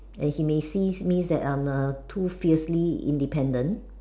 and he may sees me as a too fiercely independent